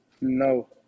no